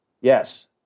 Yes